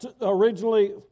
originally